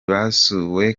basuwe